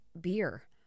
beer